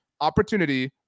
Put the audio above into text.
opportunity